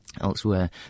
elsewhere